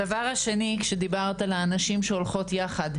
הדבר השני, כשדיברת על הנשים שהולכות יחד,